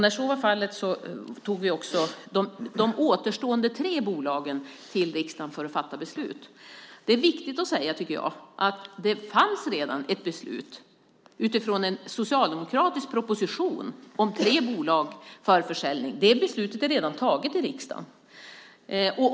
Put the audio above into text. När så var fallet tog vi också de återstående tre bolagen till riksdagen för beslut. Det är viktigt, tycker jag, att säga att det redan fanns ett beslut utifrån en socialdemokratisk proposition om tre bolag för försäljning. Det beslutet är redan taget i riksdagen.